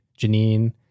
Janine